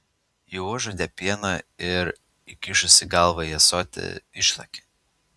ji užuodė pieną ir įkišusi galvą į ąsotį išlakė